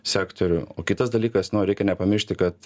sektorių o kitas dalykas nu reikia nepamiršti kad